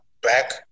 back